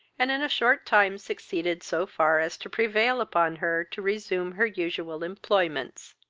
and in a short time succeeded so far as to prevail upon her to resume her usual employments.